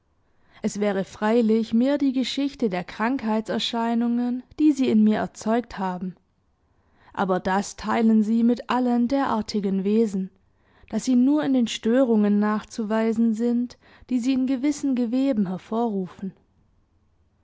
es wäre freilich mehr die geschichte der krankheitserscheinungen die sie in mir erzeugt haben aber das teilen sie mit allen derartigen wesen daß sie nur in den störungen nachzuweisen sind die sie in gewissen geweben hervorrufen